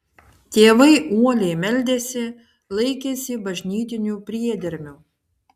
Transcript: tėvai uoliai meldėsi laikėsi bažnytinių priedermių